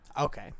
Okay